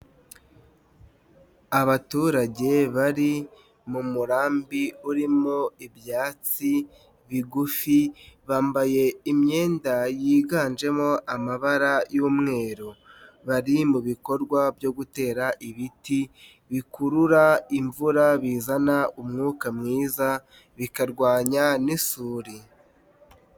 Abaturage bari mu murambi urimo ibyatsi bigufi. Bambaye imyenda yiganjemo amabara y'umweru. Bari mu bikorwa byo gutera ibiti bikurura imvura, bizana umwuka mwiza, bikarwanya n'isuri.